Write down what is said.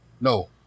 No